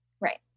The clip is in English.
Right